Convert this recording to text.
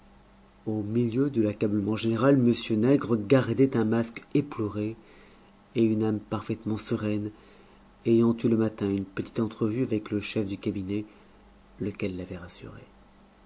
au milieu de l'accablement général m nègre gardait un masque éploré et une âme parfaitement sereine ayant eu le matin une petite entrevue avec le chef du cabinet lequel l'avait rassuré